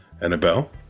Annabelle